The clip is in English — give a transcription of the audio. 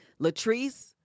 latrice